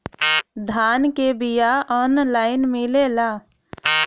धान के बिया ऑनलाइन मिलेला?